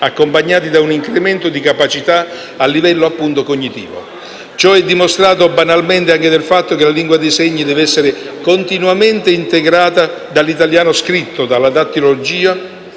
accompagnati da un incremento di capacità a livello cognitivo. Ciò è dimostrato banalmente anche dal fatto che la lingua dei segni deve essere continuamente integrata dall'italiano scritto, dalla dattilogia,